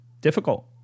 difficult